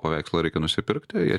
paveikslą reikia nusipirkti jie